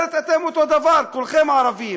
היא אומרת: אתם הערבים כולכם אותו הדבר,